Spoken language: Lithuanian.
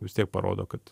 vis tiek parodo kad